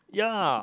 ya